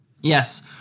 Yes